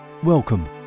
Welcome